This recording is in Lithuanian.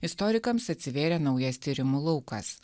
istorikams atsivėrė naujas tyrimų laukas